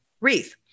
wreath